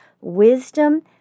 Wisdom